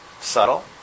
subtle